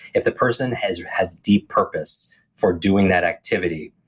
if the person has has deep purpose for doing that activity,